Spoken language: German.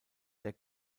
der